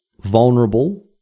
vulnerable